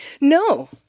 No